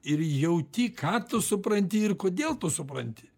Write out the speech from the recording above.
ir jauti ką tu supranti ir kodėl tu supranti